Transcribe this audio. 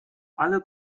alle